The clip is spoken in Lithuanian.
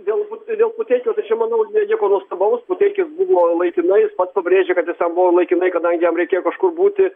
galbūt dėl puteikio tai čia manau ne nieko nuostabaus puteikis buvo laikinai pats pabrėžė kad jis ten buvo laikinai kadangi jam reikėjo kažkur būti